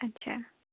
আচ্ছা